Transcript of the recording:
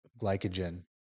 glycogen